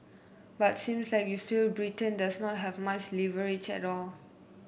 but seems like you feel Britain does not have much leverage at all